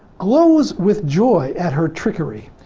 glows with joy at her trickery.